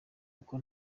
uko